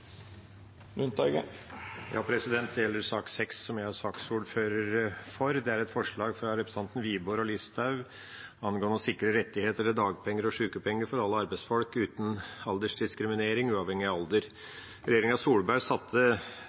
Det gjelder sak nr. 6, som jeg er saksordfører for. Det er et forslag fra representantene Wiborg og Listhaug angående å sikre rettigheter til dagpenger og sykepenger for alle arbeidsfolk uten aldersdiskriminering, uavhengig av alder. Regjeringa Solberg satte